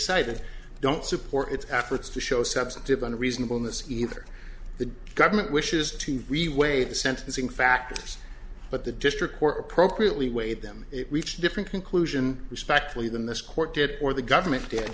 cited don't support its efforts to show substantive and reasonable in this either the government wishes to reweigh the sentencing factors but the district court appropriately weighed them it reached a different conclusion respectfully than this court did or the government did